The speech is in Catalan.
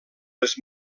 les